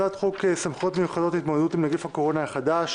הצעת חוק סמכויות מיוחדות להתמודדות עם נגיף הקורונה החדש